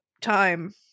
time